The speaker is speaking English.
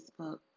Facebook